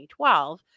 2012